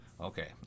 Okay